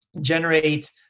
generate